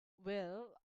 well